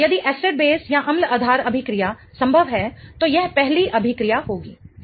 यदि acid base अम्ल आधार अभिक्रिया संभव है तो यह पहली अभिक्रिया होगी